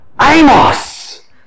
Amos